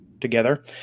together